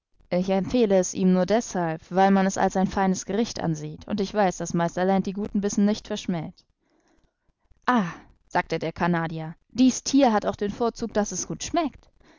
ich empfehle es ihm nur deshalb weil man es als ein seines gericht ansieht und ich weiß daß meister land die guten bissen nicht verschmäht ah sagte der canadier dies thier hat auch den vorzug daß es gut schmeckt